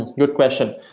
good question.